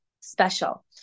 special